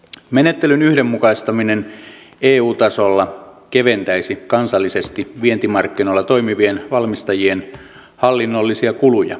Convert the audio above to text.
menettelyn yhdenmukaistaminen eu tasolla keventäisi kansallisesti vientimarkkinoilla toimivien valmistajien hallinnollisia kuluja